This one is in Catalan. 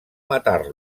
matar